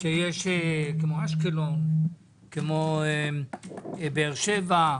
כמו אשקלון, כמו באר שבע,